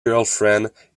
girlfriend